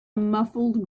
muffled